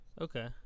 Okay